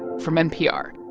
from npr.